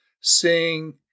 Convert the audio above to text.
seeing